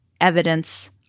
evidence